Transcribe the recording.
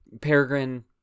Peregrine